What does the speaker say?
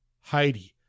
Heidi